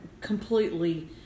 completely